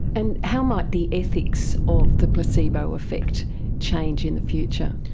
and how might the ethics of the placebo effect change in the future?